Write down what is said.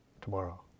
tomorrow